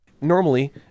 Normally